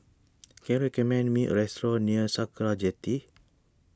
can you recommend me a restaurant near Sakra Jetty